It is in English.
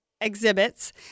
exhibits